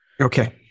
Okay